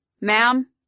Ma'am